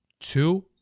Two